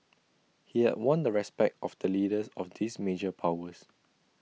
he had won the respect of the leaders of these major powers